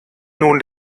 nun